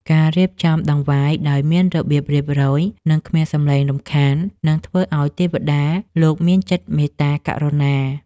ការរៀបចំដង្វាយដោយមានរបៀបរៀបរយនិង គ្មានសំឡេងរំខាននឹងធ្វើឱ្យទេវតាលោកមានចិត្តមេត្តាករុណា។